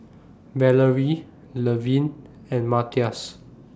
Valarie Levin and Matias